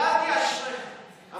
גדי, כל הכבוד.